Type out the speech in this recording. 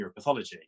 neuropathology